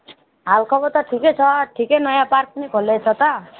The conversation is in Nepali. हालखबर त ठिकै छ ठिकै नयाँ पार्क पनि खोल्दैछ त